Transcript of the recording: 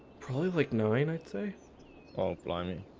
probably like knowing i'd say oh blimey